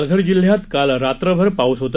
पालघर जिल्ह्यात काल रात्रभर पाऊस होता